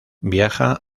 viaja